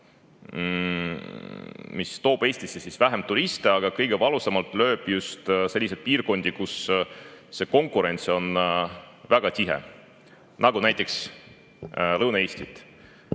mis toob Eestisse vähem turiste ja lööb kõige valusamalt just selliseid piirkondi, kus konkurents on väga tihe, nagu näiteks Lõuna‑Eestit.